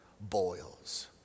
boils